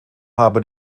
habe